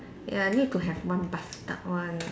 ya need to have one bathtub one